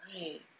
Right